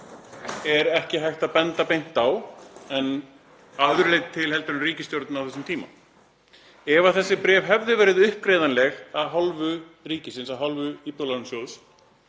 er ekki hægt að benda beint á, að öðru leyti heldur en ríkisstjórnina á þessum tíma. Ef þessi bréf hefðu verið uppgreiðanleg af hálfu ríkisins, af hálfu Íbúðalánasjóðs,